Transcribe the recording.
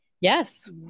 Yes